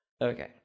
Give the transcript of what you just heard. Okay